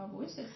voices